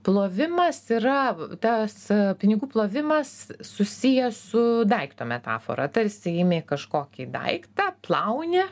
plovimas yra tas pinigų plovimas susijęs su daikto metafora tarsi imi kažkokį daiktą plauni